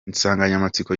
insanganyamatsiko